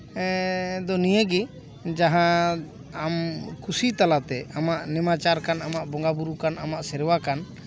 ᱱᱤᱭᱟᱹᱜᱮ ᱡᱟᱦᱟᱸ ᱟᱢ ᱠᱷᱩᱥᱤ ᱛᱟᱞᱟᱛᱮ ᱟᱢᱟᱜ ᱱᱮᱢᱟᱪᱟᱨ ᱠᱟᱱ ᱟᱢᱟᱜ ᱵᱚᱸᱜᱟ ᱵᱳᱨᱳ ᱠᱟᱱ ᱟᱢᱟᱜ ᱥᱮᱨᱣᱟ ᱠᱟᱱ